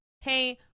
hey